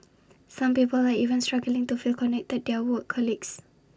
some people are even struggling to feel connected to their work colleagues